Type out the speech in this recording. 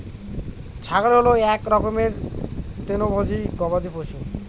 ছাগল হল এক রকমের তৃণভোজী গবাদি পশু